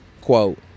Quote